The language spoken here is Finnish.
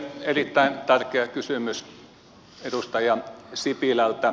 erittäin tärkeä kysymys edustaja sipilältä